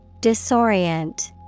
Disorient